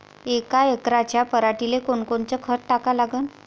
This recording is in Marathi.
यका एकराच्या पराटीले कोनकोनचं खत टाका लागन?